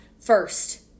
first